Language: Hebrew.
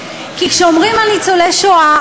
כי כשאומרים לניצולי שואה,